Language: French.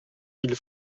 mille